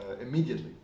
immediately